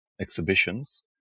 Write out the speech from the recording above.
exhibitions